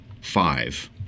five